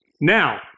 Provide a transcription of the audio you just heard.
now